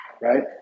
right